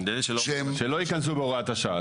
שלא ייכנסו בהוראת השעה.